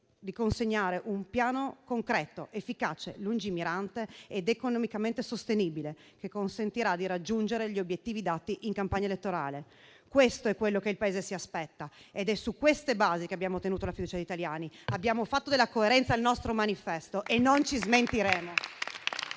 di consegnare un piano concreto, efficace, lungimirante ed economicamente sostenibile, che consentirà di raggiungere gli obiettivi dati in campagna elettorale. Questo è ciò che il Paese si aspetta ed è su queste basi che abbiamo ottenuto la fiducia degli italiani. Abbiamo fatto della coerenza il nostro manifesto e non ci smentiremo.